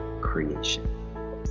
creation